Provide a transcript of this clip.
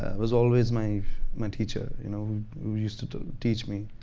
was always my my teacher you know who used to to teach me.